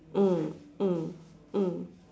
mm mm mm